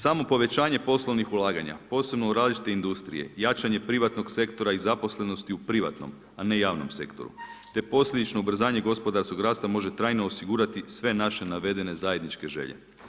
Samo povećanje poslovnih ulaganja, posebno u različite industrije, jačanje privatnog sektora i zaposlenosti u privatnom a ne javnom sektoru, te posljedično ubrzanje gospodarskog rasta može trajno osigurati sve naše navedene zajedničke želje.